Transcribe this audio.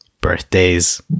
birthdays